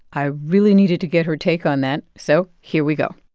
i really needed to get her take on that, so here we go